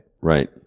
Right